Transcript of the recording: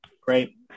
Great